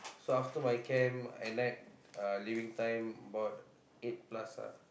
so after my camp at night uh leaving time about eight plus ah